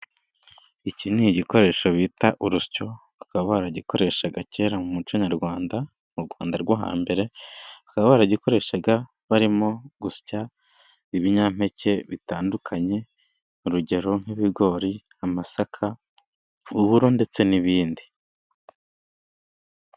Iki ni igikoresho bita urusyo bakaba baragikoreshaga kera mu muco nyarwanda mu Rwanda rwo hambere, bakaba baragikoreshaga barimo gusya ibinyampeke bitandukanye, urugero nk'ibigori, amasaka, uburo ndetse n'ibindi.